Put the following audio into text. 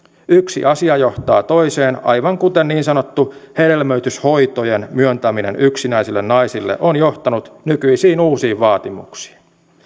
yksi asia johtaa toiseen aivan kuten niin sanottu hedelmöityshoitojen myöntäminen yksinäisille naisille on johtanut nykyisiin uusiin vaatimuksiin